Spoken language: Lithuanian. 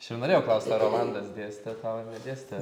aš jau norėjau klaust ar rolandas dėstė tau ar nedėstė